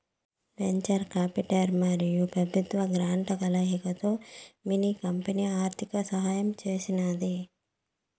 venture capital మరియు పెబుత్వ గ్రాంట్ల కలయికతో మిన్ని కంపెనీ ఆర్థిక సహాయం చేసినాది